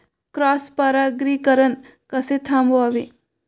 Cross परागीकरण कसे थांबवावे?